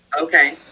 Okay